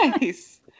Nice